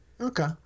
Okay